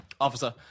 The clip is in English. officer